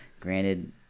Granted